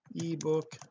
ebook